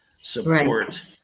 support